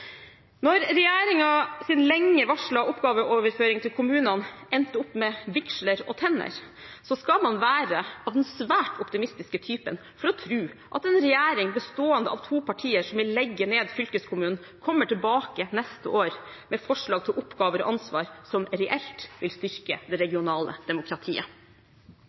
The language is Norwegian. Når regjeringens lenge varslede oppgaveoverføring til kommunene endte opp med vigsler og tenner, skal man være av den svært optimistiske typen for å tro at en regjering bestående av to partier som vil legge ned fylkeskommunen, kommer tilbake neste år med forslag til oppgaver og ansvar som reelt vil styrke det regionale demokratiet.